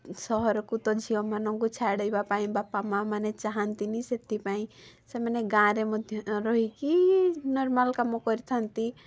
ସହରକୁ ତ ଝିଅମାନଙ୍କୁ ଛାଡ଼ିବା ପାଇଁ ବାପା ମା' ମାନେ ଚାହାଁନ୍ତିନି ସେଥିପାଇଁ ସେମାନେ ଗାଁରେ ମଧ୍ୟ ରହିକି ନର୍ମାଲ୍ କାମ କରିଥାନ୍ତି